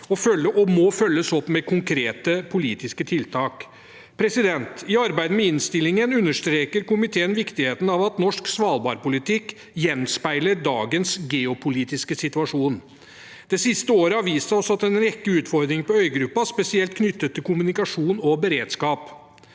og må følges opp med konkrete politiske tiltak. I arbeidet med innstillingen understreker komiteen viktigheten av at norsk svalbardpolitikk gjenspeiler dagens geopolitiske situasjon. Det siste året har vist oss en rekke utfordringer på øygruppen, spesielt knyttet til kommunikasjon og beredskap.